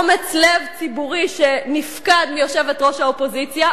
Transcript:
אומץ לב ציבורי שנפקד מיושבת-ראש האופוזיציה,